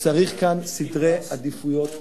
צריך כאן סדרי עדיפויות חדשים,